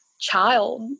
child